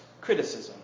criticism